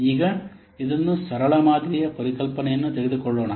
ಈಗ ಇದನ್ನು ಸರಳ ಮಾದರಿಯ ಪರಿಕಲ್ಪನೆಯನ್ನು ತೆಗೆದುಕೊಳ್ಳೋಣ